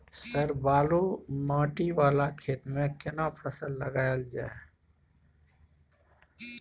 Sir बालू माटी वाला खेत में केना फसल लगायल जाय?